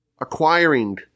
acquiring